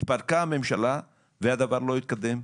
התפרקה הממשלה והדבר לא התקדם.